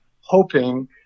hoping